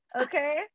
Okay